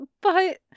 but—